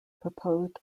proposed